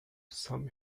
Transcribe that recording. some